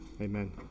Amen